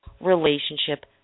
relationship